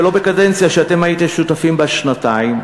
ולא בקדנציה שאתם הייתם שותפים בה שנתיים,